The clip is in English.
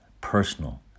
personal